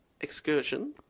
excursion